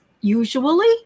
usually